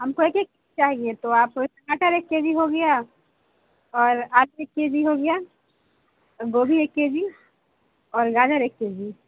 ہم کو ایک ایک چاہیے تو آپ ٹماٹر ایک کے جی ہو گیا اور آلو ایک کے جی ہو گیا گوبھی ایک کے جی اور گاجر ایک کے جی